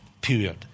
period